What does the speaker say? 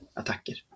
attacker